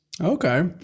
Okay